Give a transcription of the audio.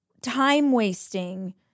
time-wasting